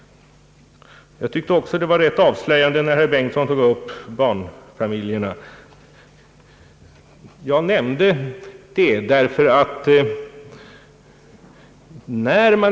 Det var också rätt avslöjande när herr Bengtson här tog upp frågan om barnfamiljerna.